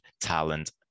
talent